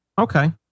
Okay